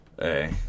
hey